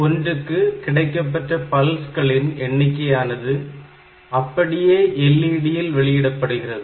T1 க்கு கிடைக்கப்பெற்ற பல்ஸ்களின் எண்ணிக்கையானது அப்படியே எல்இடியில் வெளியிடப்படுகிறது